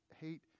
hate